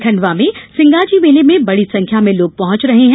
खण्डवा में सिंगाजी मेले में बड़ी संख्या में लोग पहुंच रहे हैं